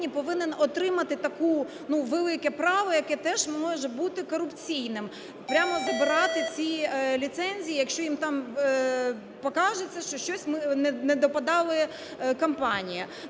повинен отримати таке велике право, яке теж може бути корупційним, прямо забирати ці ліцензії, якщо їм там покажеться, що щось ми недоподали компанії.